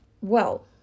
Well-